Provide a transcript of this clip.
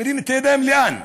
מרים את הידיים, לאן?